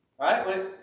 Right